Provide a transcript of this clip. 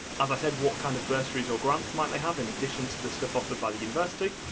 as i said, what kind of bursaries or grants might they have in addition to the stuff offered by the university?